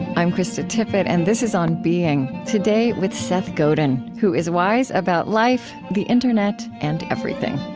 i'm krista tippett and this is on being. today with seth godin, who is wise about life, the internet, and everything